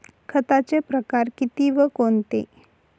खताचे प्रकार किती व कोणते?